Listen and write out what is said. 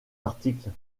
articles